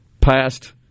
past